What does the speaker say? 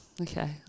okay